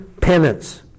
penance